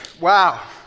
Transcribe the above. Wow